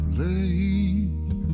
late